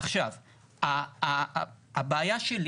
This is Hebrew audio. הבעיה שלי